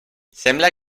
sembla